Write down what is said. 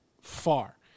far